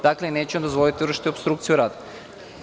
Dakle, neću dozvoliti da vršite opstrukciju rada.